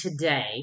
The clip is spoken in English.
today